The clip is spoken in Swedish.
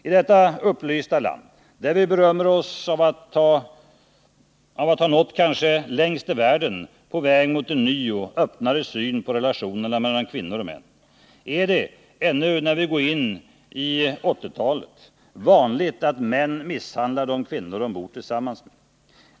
I detta upplysta land, där vi berömmer oss av att ha nått kanske längst i världen på väg mot en ny och öppnare syn på relationerna mellan kvinnor och män, är det, ännu när vi går in i 1980-talet, vanligt att män misshandlar de kvinnor de bor tillsammans med.